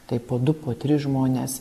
tai po du po tris žmones